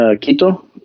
Quito